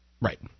Right